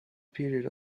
period